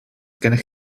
gennych